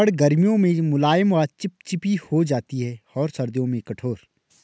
रबड़ गर्मियों में मुलायम व चिपचिपी हो जाती है और सर्दियों में कठोर